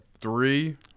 three